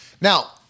Now